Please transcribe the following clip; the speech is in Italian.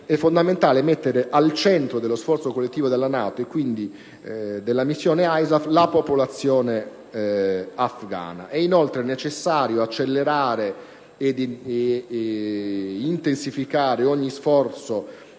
è fondamentale mettere al centro dello sforzo collettivo della NATO, e quindi della missione ISAF, la popolazione afgana. Inoltre, è necessario accelerare ed intensificare ogni sforzo